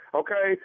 okay